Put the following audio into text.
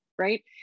Right